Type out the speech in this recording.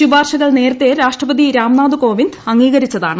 ശുപാർശകൾ നേരത്തെ രാഷ്ട്രപതി രാംനാഥ് കോവിന്ദ് അംഗീകരിച്ചതാണ്